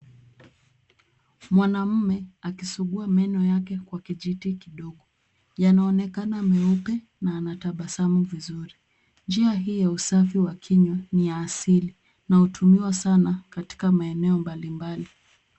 Mwanaume akisugua meno yake kwa kijiti kidogo. Yanaonekana meupe na anatabasamu vizuri. Njia hii ya usafi wa kinywa ni ya asili inayotumiwa sana katika maeneo mbali mbali.